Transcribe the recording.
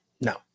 No